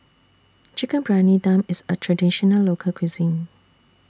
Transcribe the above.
Chicken Briyani Dum IS A Traditional Local Cuisine